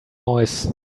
noise